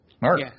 Mark